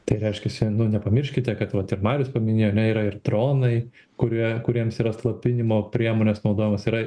tai reiškiasi nepamirškite kad vat ir marius paminėjo ane yra ir dronai kurie kuriems yra slopinimo priemonės naudojamos yra